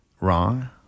wrong